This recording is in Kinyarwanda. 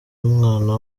umwana